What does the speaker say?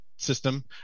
system